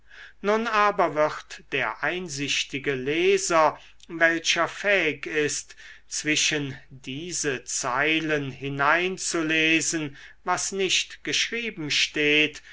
nun aber wird der einsichtige leser welcher fähig ist zwischen diese zeilen hineinzulesen was nicht geschrieben steht